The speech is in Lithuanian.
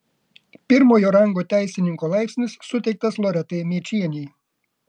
pirmojo rango teisininko laipsnis suteiktas loretai mėčienei